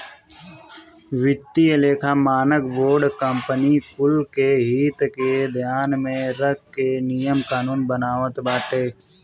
वित्तीय लेखा मानक बोर्ड कंपनी कुल के हित के ध्यान में रख के नियम कानून बनावत बाटे